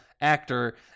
actor